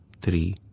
three